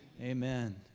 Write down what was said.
Amen